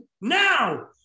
now